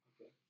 okay